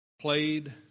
played